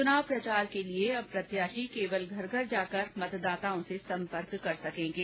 चुनाव प्रचार के लिए अब प्रत्याशी केवल घर घर जाकर मतदाताओं से संपर्क कर सकेंगे